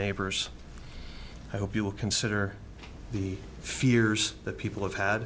neighbors i hope you will consider the fears that people have had